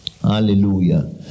Hallelujah